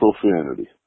profanity